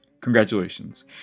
Congratulations